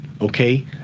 okay